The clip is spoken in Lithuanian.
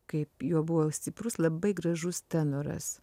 kaip jo buvo stiprus labai gražus tenoras